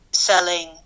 Selling